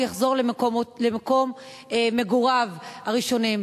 הוא יחזור למקום מגוריו הראשון.